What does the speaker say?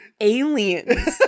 aliens